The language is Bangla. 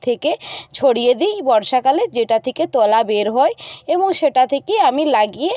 থেকে ছড়িয়ে দিই বর্ষাকালে যেটা থেকে তলা বের হয় এবং সেটা থেকেই আমি লাগিয়ে